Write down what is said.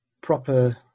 proper